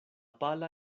pala